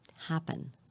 happen